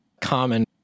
common